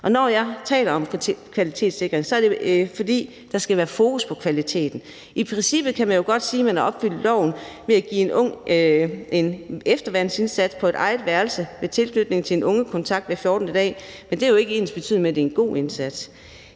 Når jeg taler om kvalitetssikring, er det, fordi der skal være fokus på kvaliteten. I princippet kan man jo godt sige, at man har opfyldt loven ved at give en ung en efterværnsindsats i form af eget værelse og med tilknytning til en ungekontakt hver 14. dag, men det er jo ikke ensbetydende med, at det er en god indsats.